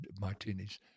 martinis